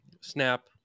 snap